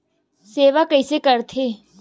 सेवा कइसे करथे?